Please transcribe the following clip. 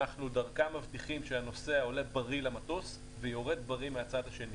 שדרכם אנחנו מבטיחים שהנוסע עולה בריא למטוס ויורד בריא בצד השני.